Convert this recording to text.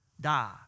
die